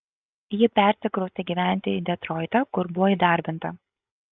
ji persikraustė gyventi į detroitą kur buvo įdarbinta